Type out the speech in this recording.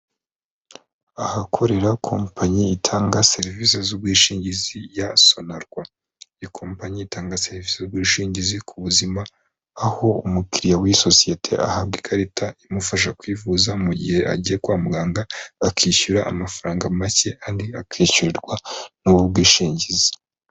Ahakorera kopanyi itanga serivisi z'ubwishingizi ya Sonarwa, iyo kopanyi itanga serivisi z'ubwishingizi ku buzima aho umukiriya w'iyi sosiyete ahabwa ikarita imufasha kwivuza mu gihe agiye kwa muganga, akishyura amafaranga make andi akishyurirwa n’ubu bwishingizi.